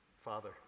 Father